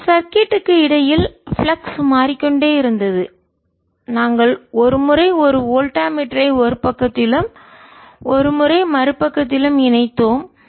மேலும் சர்கிட் க்கு சுற்றுக்கு இடையில் ஃப்ளக்ஸ் மாறிக்கொண்டே இருந்தது நாங்கள் ஒரு முறை ஒரு வோல்டா மீட்டரை ஒரு பக்கத்திலும் ஒரு முறை மறுபுறத்திலும் இணைத்தோம்